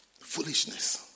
foolishness